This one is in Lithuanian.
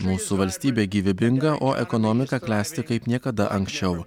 mūsų valstybė gyvybinga o ekonomika klesti kaip niekada anksčiau